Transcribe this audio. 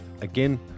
Again